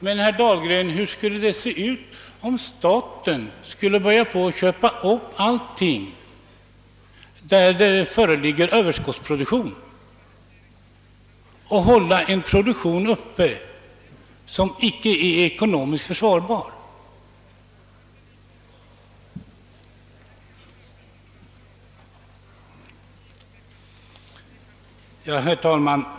Men, herr Dahlgren, hur skulle det se ut, om staten skulle börja köpa upp allt som blir kvar vid ett produktionsöverskott och hålla uppe en produktion som inte är ekonomiskt försvarbar?